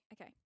Okay